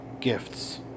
gifts